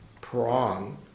Prong